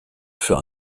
für